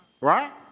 right